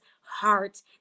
heart